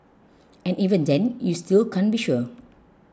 and even then you still can't be sure